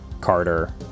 Carter